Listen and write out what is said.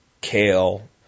kale